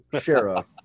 sheriff